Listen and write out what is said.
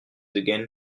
again